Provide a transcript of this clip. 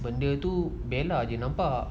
benda tu bella jer yang nampak